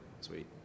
Sweet